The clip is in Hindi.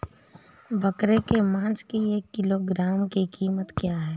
बकरे के मांस की एक किलोग्राम की कीमत क्या है?